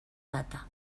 data